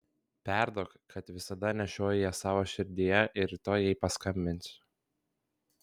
perduok kad visada nešioju ją savo širdyje ir rytoj jai paskambinsiu